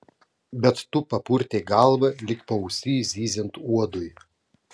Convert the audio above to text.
bet tu papurtei galvą lyg paausy zyziant uodui